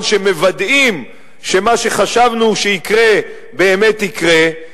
שמוודאים שמה שחשבנו שיקרה באמת יקרה.